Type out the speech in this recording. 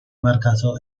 marcato